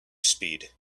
speed